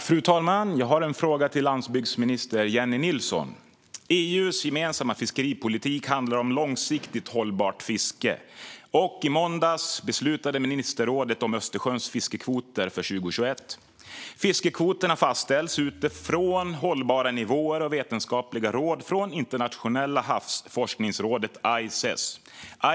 Fru talman! Jag har en fråga till landsbygdsminister Jennie Nilsson. EU:s gemensamma fiskeripolitik handlar om långsiktigt hållbart fiske. I måndags beslutade ministerrådet om Östersjöns fiskekvoter för 2021. Fiskekvoterna fastställs utifrån hållbara nivåer och vetenskapliga råd från Internationella havsforskningsrådet, Ices.